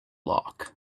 lock